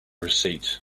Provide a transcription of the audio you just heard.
receipt